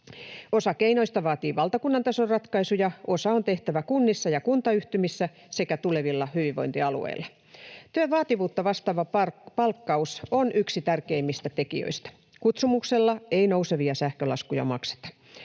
Osa keinoista vaatii valtakunnan tason ratkaisuja, osa on tehtävä kunnissa ja kuntayhtymissä sekä tulevilla hyvinvointialueilla. Työn vaativuutta vastaava palkkaus on yksi tärkeimmistä tekijöistä. Kutsumuksella ei nousevia sähkölaskuja makseta.